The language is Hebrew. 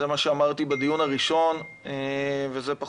וזה מה שאמרתי בדיון הראשון,